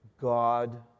God